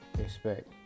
expect